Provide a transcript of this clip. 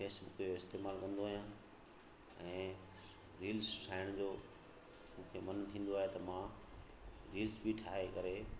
Facebook जो इस्तेमालु कंदो आहियां ऐं रील्स ठाहिण जो मूंखे मनु थींदो आहे त मां रील्स बि ठाहे करे